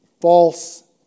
false